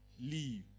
leave